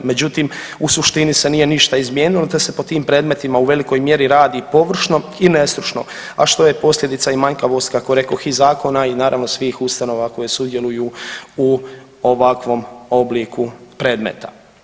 Međutim, u suštini se nije ništa izmijenilo te se po tim predmetima u velikoj mjeri radi površno i nestručno, a što je posljedica i manjkavost kako rekoh i zakona i naravno svih ustanova koje sudjeluju u ovakvom obliku predmeta.